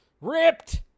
Ripped